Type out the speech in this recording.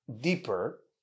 deeper